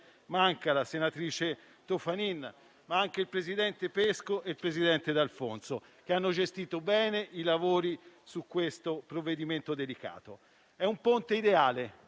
Manca, alla senatrice Toffanin, ma anche ai presidenti Pesco e D'Alfonso, che hanno gestito bene i lavori su questo provvedimento delicato. È un ponte ideale